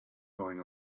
going